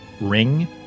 ring